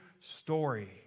story